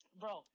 bro